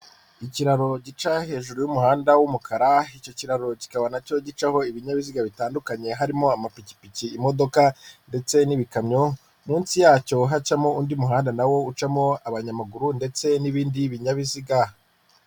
Ikiraro gica hejuru y'umuhanda w'umukara icyo kiraro kikaba nacyo gicaho ibinyabiziga bitandukanye harimo amapikipiki, imodoka ndetse n'ibikamyo munsi yacyo hacamo undi muhanda nawo ucamo abanyamaguru ndetse n'ibindi binyabiziga.